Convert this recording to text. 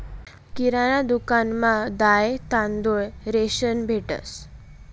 किराणा दुकानमा दाय, तांदूय, रेशन भेटंस